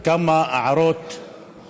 להעיר כמה הערות על